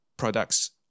products